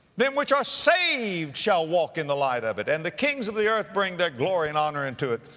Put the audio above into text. them which are saved, shall walk in the light of it and the kings of the earth bring their glory and honor into it.